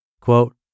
Quote